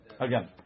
again